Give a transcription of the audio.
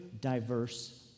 diverse